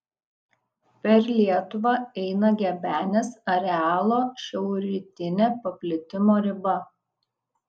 per lietuvą eina gebenės arealo šiaurrytinė paplitimo riba